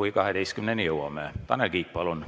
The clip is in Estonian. kui me enne kella12 jõuame. Tanel Kiik, palun!